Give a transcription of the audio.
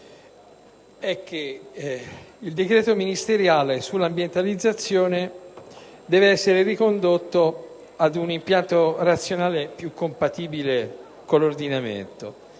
il decreto ministeriale sull'ambientalizzazione deve essere ricondotto ad un impianto razionale più compatibile con l'ordinamento.